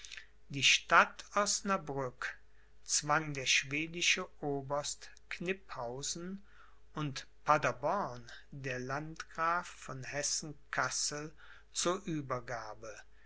die stadt osnabrück zwang der schwedische oberst kniphausen und paderborn der landgraf von hessen kassel zur uebergabe